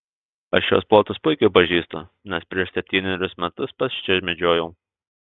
aš šiuos plotus puikiai pažįstu nes prieš septynerius metus pats čia medžiojau